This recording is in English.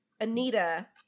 Anita